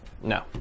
no